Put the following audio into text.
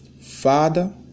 Father